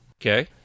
Okay